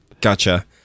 Gotcha